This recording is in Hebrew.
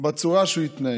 בצורה שהוא התנהג.